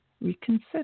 reconsider